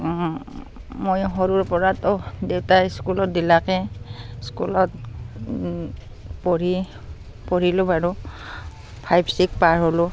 মই সৰুৰপৰাতো দেউতাই স্কুলত দিলাকে স্কুলত পঢ়ি পঢ়িলোঁ বাৰু ফাইভ ছিক্স পাৰ হ'লোঁ